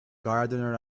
gardener